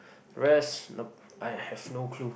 rest nope I have no clue